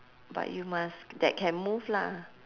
but you must that can move lah